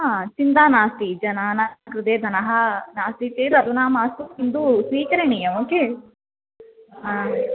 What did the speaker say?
हा चिन्ता नास्ति जनानां कृते धनं नास्ति चेत् अधुना मास्तु किन्तु स्वीकरणीयम् ओके हा